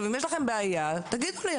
אם יש לכם בעיה, תגידו לי.